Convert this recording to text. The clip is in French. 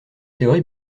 théorie